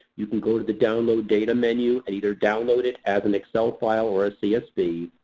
you can go to the download data menu, and either download it as an excel file or csv.